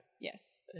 Yes